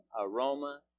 aroma